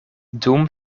dum